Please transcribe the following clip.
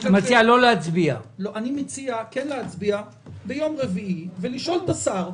אני מציע להצביע ביום רביעי ולשאול את השר.